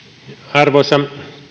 arvoisa